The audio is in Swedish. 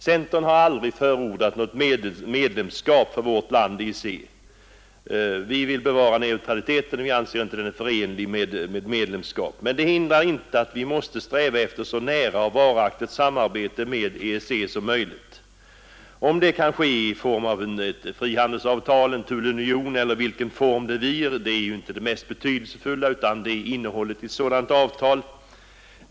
Centern har aldrig förordat något medlemskap för vårt land i EEC. Vi vill bevara neutraliteten, och vi anser inte den är förenlig med medlemskap, men detta hindrar inte att vi måste sträva efter så nära och varaktigt samarbete med EEC som möjligt. Om detta kan ske i form av ett frihandelsavtal, en tullunion eller på annat sätt är inte det mest betydelsefulla, utan det är innehållet i ett sådant avtal.